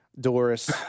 Doris